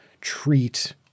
treat